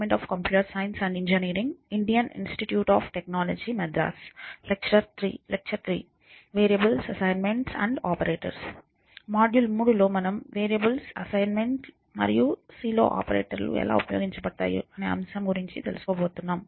మూడవ మాడ్యూల్లో మనం వేరియబుల్స్ అసైన్మెంట్ లు మరియు Cలో ఆపరేటర్లు ఎలా ఉపయోగించబడతాయి అనే అంశం గురించి తెలుసుకోబోతున్నాం